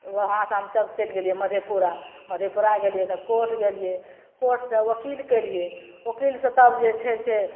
वहाँसे हमसभ चलि गेलिए मधेपुरा मधेपुरा गेलिए तब कोर्ट गेलिए कोर्टसे ओकिल केलिए ओकिलसे तब जे छै से